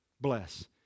Bless